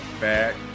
back